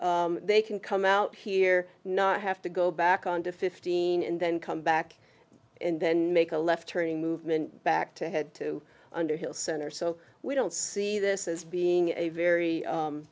towards they can come out here not have to go back on to fifteen and then come back and then make a left turning movement back to head to underhill center so we don't see this as being a very